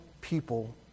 people